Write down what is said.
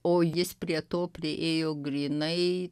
o jis prie to priėjo grynai